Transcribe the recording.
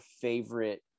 favorite